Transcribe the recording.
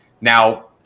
Now